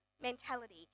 mentality